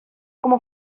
como